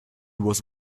was